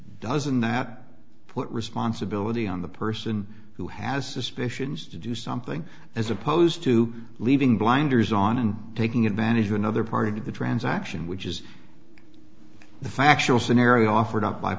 doesn't that put responsibility on the person who has suspicions to do something as opposed to leaving blinders on and taking advantage of another part of the transaction which is the factual scenario offered